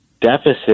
deficit